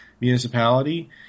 municipality